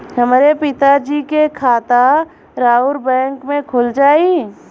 हमरे पिता जी के खाता राउर बैंक में खुल जाई?